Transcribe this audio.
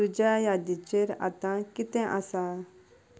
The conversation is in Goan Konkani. तुज्या यादीचेर आतां कितें आसा